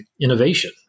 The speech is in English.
innovation